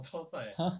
ah !huh!